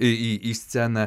į sceną